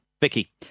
Vicky